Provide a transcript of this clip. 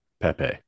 Pepe